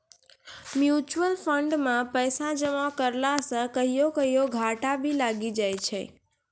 mutual fund मे पैसा जमा करला से कहियो कहियो घाटा भी लागी जाय छै